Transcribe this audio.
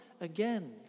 again